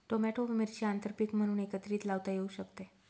Tomato व मिरची आंतरपीक म्हणून एकत्रित लावता येऊ शकते का?